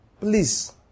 Please